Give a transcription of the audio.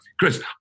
Chris